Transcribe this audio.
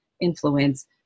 influence